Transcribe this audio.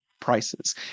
prices